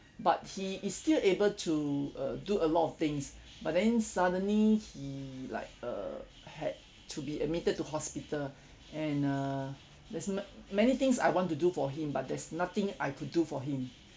but he is still able to uh do a lot of things but then suddenly he like err had to be admitted to hospital and uh there's ma~ many things I want to do for him but there's nothing I could do for him